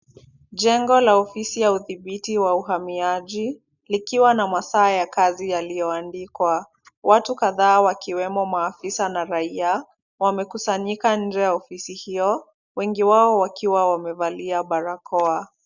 Jengo la ofisi ya udhibiti wa uhamiaji likiwa na masaa ya kazi yaliyoandikwa. Watu kadhaa wakiwemo maafisa na raia wamekusanyika nje ya ofisi hio, wengi wao wakiwa wamevalia barakoa.